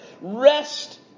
rest